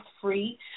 free